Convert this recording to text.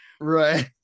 right